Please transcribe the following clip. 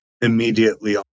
immediately